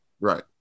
Right